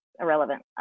irrelevant